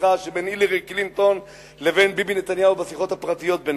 בשיחה שבין הילרי קלינטון לבין ביבי נתניהו בשיחות הפרטיות ביניהם,